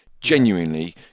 genuinely